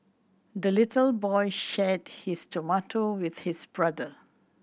the little boy shared his tomato with his brother